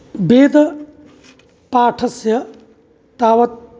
वेदपाठस्य तावत्